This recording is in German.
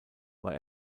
war